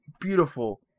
Beautiful